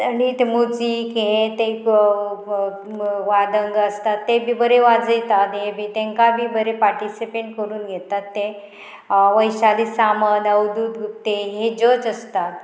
आनी ते मुजीक हे ते वादंग आसता ते बी बरे वाजयतात हे बी तेंकां बी बरे पार्टिसिपेट करून घेतात ते वैशाली सामंत अवदूत गुप्ते हे जज आसता